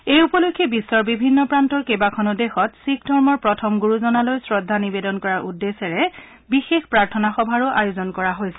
এই উপলক্ষে বিশ্বৰ বিভিন্ন প্ৰান্তৰ কেইবাখনো দেশত শিখ ধৰ্মৰ প্ৰথম গুৰুজনালৈ শ্ৰদ্ধা নিবেদন কৰাৰ উদ্দেশ্যে বিশেষ প্ৰাৰ্থনা সভাৰ আয়োজন কৰা হৈছে